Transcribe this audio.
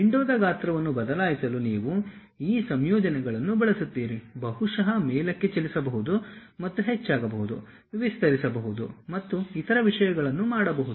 ವಿಂಡೋದ ಗಾತ್ರವನ್ನು ಬದಲಾಯಿಸಲು ನೀವು ಈ ಸಂಯೋಜನೆಗಳನ್ನು ಬಳಸುತ್ತೀರಿ ಬಹುಶಃ ಮೇಲಕ್ಕೆ ಚಲಿಸಬಹುದು ಮತ್ತು ಹೆಚ್ಚಾಗಬಹುದು ವಿಸ್ತರಿಸಬಹುದು ಮತ್ತು ಇತರ ವಿಷಯಗಳನ್ನು ಮಾಡಬಹುದು